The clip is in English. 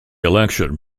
election